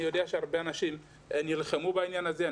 יודע שהרבה אנשים נלחמו בעניין הזה.